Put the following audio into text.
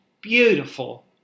beautiful